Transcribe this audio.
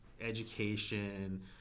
education